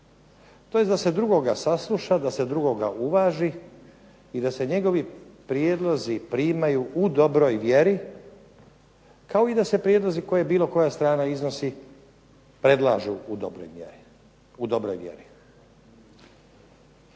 To jest da se drugoga sasluša, da se drugoga uvaži i da se njegovi prijedlozi primaju u dobroj vjeri kao i da se prijedlozi koje bilo koja strana iznosi predlažu u dobroj vjeri.